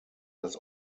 das